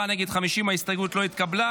בעד, 37, נגד, 50. ההסתייגות לא התקבלה.